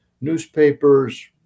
newspapers